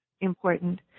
important